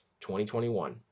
2021